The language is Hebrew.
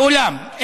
ואולם,